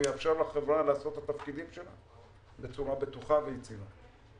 הוא יאפשר לחברה לעשות את התפקידים שלה בצורה בטוחה ויציבה.